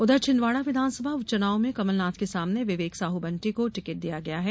उधर छिदवाडा विधानसभा उपचुनाव में कमलनाथ के सामने विवेक साहू बंटी को टिकट दिया गया है